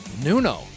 nuno